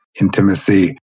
Intimacy